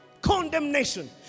Condemnation